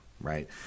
right